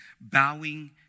bowing